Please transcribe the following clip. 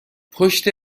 پشت